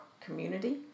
community